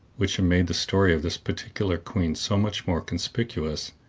which have made the story of this particular queen so much more conspicuous,